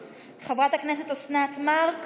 בעד, חברת הכנסת אוסנת מארק